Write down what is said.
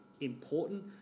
important